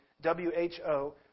W-H-O